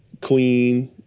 Queen